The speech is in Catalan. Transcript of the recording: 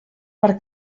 per